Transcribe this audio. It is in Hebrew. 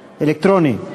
אלקטרונית?